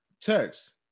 text